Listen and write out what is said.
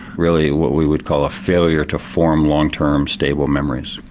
really what we would call a failure to form long term stable memories.